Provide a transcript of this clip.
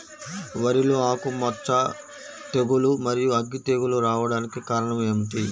వరిలో ఆకుమచ్చ తెగులు, మరియు అగ్గి తెగులు రావడానికి కారణం ఏమిటి?